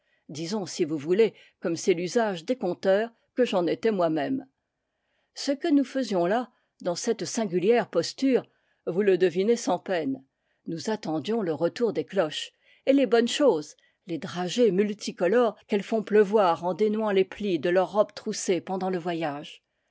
disons si vous voulez comme c'est l'usage des conteurs que j'en étais moi-même ce que nous faisions là dans cette singulière posture vous le devinez sans peine nous attendions le retour des cloches et les bonnes cho ses les dragées multicolores qu'elles font pleuvoir en dénouant les plis de leur robe troussée pendant le voyage